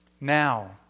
now